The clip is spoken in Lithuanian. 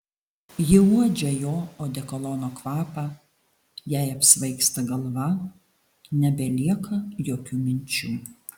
ji uodžia jo odekolono kvapą jai apsvaigsta galva nebelieka jokių minčių